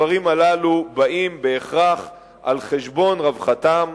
הדברים הללו באים בהכרח על-חשבון רווחתם,